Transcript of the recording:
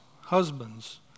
husbands